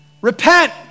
Repent